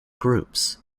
groups